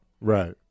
Right